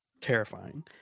terrifying